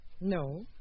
No